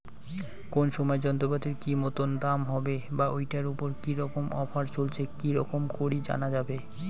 কোন সময় যন্ত্রপাতির কি মতন দাম হবে বা ঐটার উপর কি রকম অফার চলছে কি রকম করি জানা যাবে?